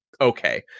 Okay